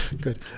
Good